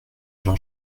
jean